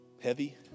heavy